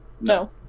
No